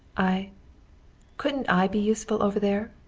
i couldn't i be useful over there?